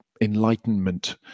Enlightenment